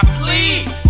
please